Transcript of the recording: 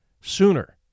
sooner